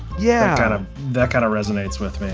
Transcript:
yeah. kind of that kind of resonates with me